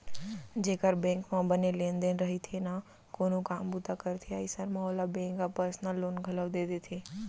जेकर बेंक म बने लेन देन रइथे ना कोनो काम बूता करथे अइसन म ओला बेंक ह पर्सनल लोन घलौ दे देथे